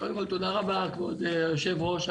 תודה רבה כבוד היושב ראש,